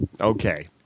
Okay